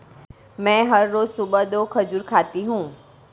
मैं हर रोज सुबह दो खजूर खाती हूँ